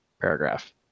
paragraph